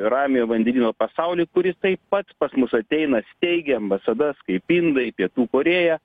ramiojo vandenyno pasaulį kuris taip pat pas mus ateina steigia ambasadas kaip indai pietų korėja